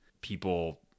people